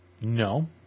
No